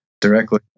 directly